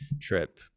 trip